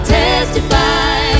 testify